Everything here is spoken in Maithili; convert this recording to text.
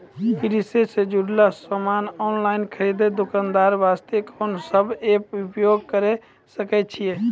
कृषि से जुड़ल समान ऑनलाइन खरीद दुकानदारी वास्ते कोंन सब एप्प उपयोग करें सकय छियै?